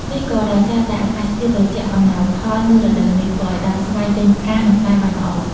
នេះក៏ដោយសារតែអាកាសធាតុត្រជាក់អំណោយផលនៅរដូវនេះ ធ្វើឲ្យដើមស្វាយចេញផ្កា និងផ្លែបានល្អ។